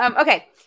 Okay